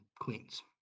queens